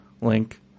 link